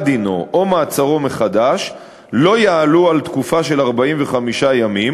דינו או מעצרו מחדש לא יעלו על תקופה של 45 ימים,